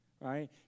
right